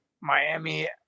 Miami